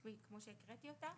כמו שהקראתי אותה.